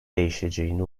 değişeceğini